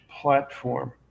platform